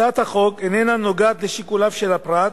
הצעת החוק איננה נוגעת לשיקוליו של הפרט,